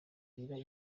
bella